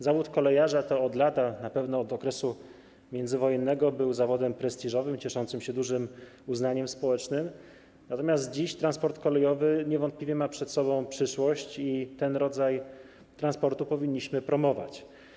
Zawód kolejarza od lat, na pewno od okresu międzywojennego, był zawodem prestiżowym i cieszącym się dużym uznaniem społecznym, natomiast dziś transport kolejowy niewątpliwie ma przed sobą przyszłość i ten rodzaj transportu powinniśmy promować.